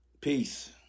Peace